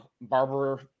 Barber